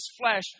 flesh